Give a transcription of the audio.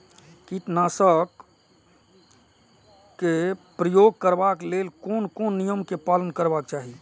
कीटनाशक क प्रयोग करबाक लेल कोन कोन नियम के पालन करबाक चाही?